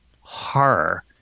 horror